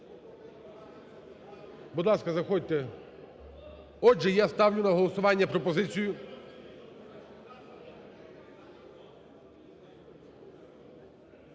Будь ласка, заходьте. Отже, я ставлю на голосування пропозицію…